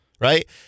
right